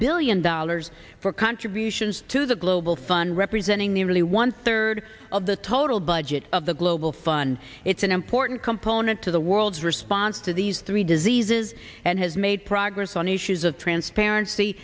billion dollars for contributions to the global fund representing the really one third of the total budget of the global fund it's an important component to the world's response to these three disease has and has made progress on issues of transparency